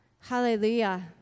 Hallelujah